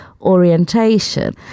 orientation